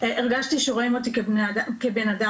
הרגשתי שרואים אותי כבן אדם,